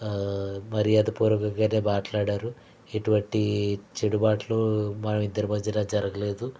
మర్యాదపూర్వకంగానే మాట్లాడారు ఎటువంటి చెడు మాటలు మన ఇద్దరి మధ్యన జరగలేదు